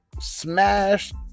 smashed